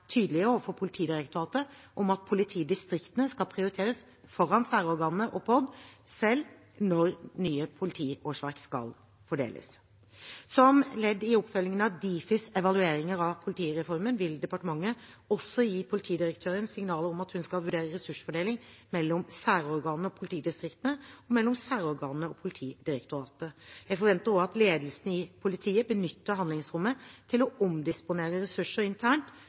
tydelige overfor Politidirektoratet om at politidistriktene skal prioriteres foran særorganene og POD, selv når nye politiårsverk skal fordeles. Som ledd i oppfølgingen av Difis evalueringer av politireformen vil departementet også gi politidirektøren signaler om at hun skal vurdere ressursfordeling mellom særorganene og politidistriktene, og mellom særorganene og Politidirektoratet. Jeg forventer også at ledelsen i politiet benytter handlingsrommet til å omdisponere ressurser internt,